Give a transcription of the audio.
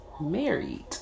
married